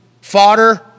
Fodder